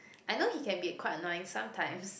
I know he can be quite annoying sometimes